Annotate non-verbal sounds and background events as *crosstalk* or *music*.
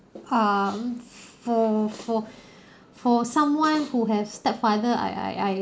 err for for *breath* for someone who have stepfather I I I